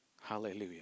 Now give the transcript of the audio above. Hallelujah